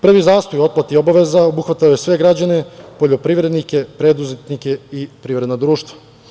Prvi zastoj u otplati obaveza obuhvatao je sve građane, poljoprivrednike, preduzetnike i privredna društva.